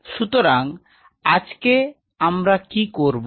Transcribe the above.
সুতরাং আজকে আমরা কি করব